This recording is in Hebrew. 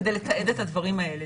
כדי לתעד את הדברים האלה.